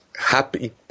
happy